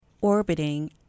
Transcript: orbiting